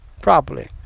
Properly